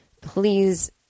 please